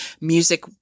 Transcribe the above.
music